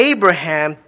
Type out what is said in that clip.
Abraham